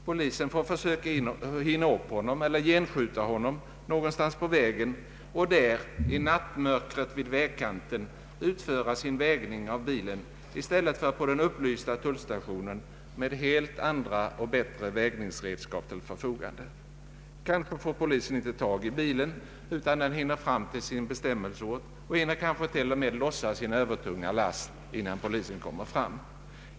Polisen får försöka hinna upp honom eller genskjuta honom någonstans på vägen och där, i nattmörkret vid vägkanten, utföra sin vägning av bilen i stället för på den upplysta tullstationen med helt andra och bättre vägningsredskap till förfogande. Kanske får polisen inte tag i bilen, utan den hinner fram till sin bestämmelseort. Kanske hinner den till och med lossa sin övertunga last, innan polisen kommer fram.